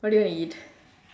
what do you want to eat